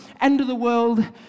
end-of-the-world